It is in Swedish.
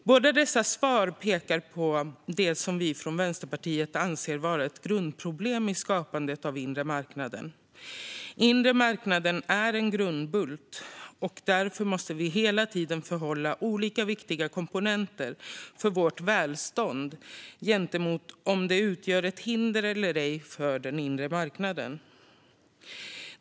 Båda dessa svar pekar på det som vi från Vänsterpartiet anser vara ett grundproblem i skapandet av den inre marknaden. Den inre marknaden är en grundbult, och därför måste vi hela tiden förhålla olika viktiga komponenter för vårt välstånd till om de utgör ett hinder eller ej för den inre marknaden.